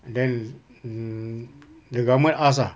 then mm the government ask ah